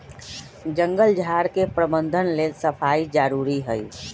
जङगल झार के प्रबंधन लेल सफाई जारुरी हइ